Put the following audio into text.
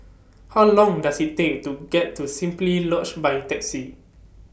How Long Does IT Take to get to Simply Lodge By Taxi